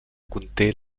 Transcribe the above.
conté